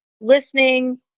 listening